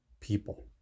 people